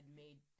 made